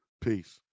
Peace